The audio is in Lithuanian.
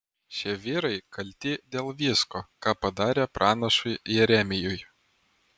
šie vyrai kalti dėl visko ką padarė pranašui jeremijui